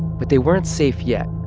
but they weren't safe yet.